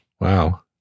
Wow